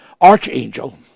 archangel